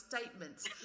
statements